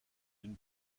d’une